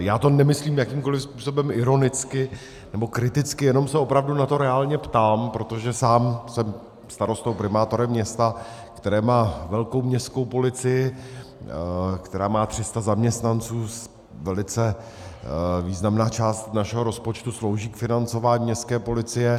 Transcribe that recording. Já to nemyslím jakýmkoli způsobem ironicky nebo kriticky, jenom se opravdu na to reálně ptám, protože sám jsem starostou, primátorem města, které má velkou městskou policii, která má 300 zaměstnanců, velice významná část našeho rozpočtu slouží k financování městské policie.